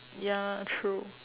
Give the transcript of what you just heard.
ya true